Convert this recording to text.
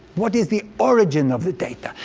what is the origin of the data?